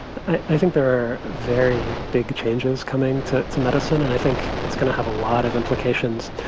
i think there are very big changes coming to to medicine, and i think it's going to have a lot of implications,